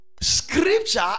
scripture